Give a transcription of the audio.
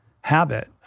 habit